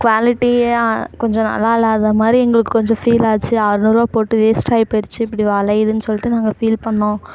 குவாலிட்டியாக கொஞ்சம் நல்லா இல்லாத மாதிரி எங்களுக்கு கொஞ்சம் ஃபீலாச்சு அறநூறுபாய் போட்டு வேஸ்ட் ஆகிப்போயிடுச்சி இப்படி வளையிதுனு சொல்லிட்டு நாங்கள் ஃபீல் பண்ணிணோம்